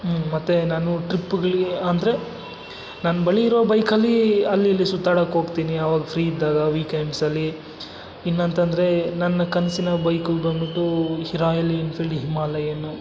ಮತ್ತು ನಾನು ಟ್ರಿಪ್ಗಲಿ ಅಂದರೆ ನನ್ನ ಬಳಿ ಇರೋ ಬೈಕಲ್ಲಿ ಅಲ್ಲಿ ಇಲ್ಲಿ ಸುತ್ತಾಡಕ್ಕೆ ಹೋಗ್ತೀನಿ ಅವಾಗ ಫ್ರೀ ಇದ್ದಾಗ ವೀಕೆಂಡ್ಸಲ್ಲಿ ಇನ್ನಂತಂದ್ರೆ ನನ್ನ ಕನಸಿನ ಬೈಕು ಬಂದ್ಬಿಟ್ಟು ರಾಯಲ್ ಎನ್ಫೀಲ್ಡ್ ಹಿಮಾಲಯನು